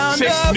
six